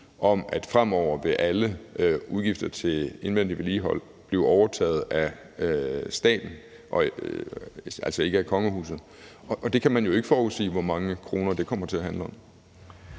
om, at fremover vil alle udgifter til indvendig vedligehold blive overtaget af staten, altså ikke kongehuset, og man kan jo ikke forudsige, hvor mange kroner det kommer til at handle om.